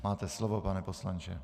Máte slovo, pane poslanče.